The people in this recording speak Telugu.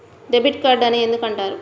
డెబిట్ కార్డు అని ఎందుకు అంటారు?